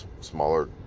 smaller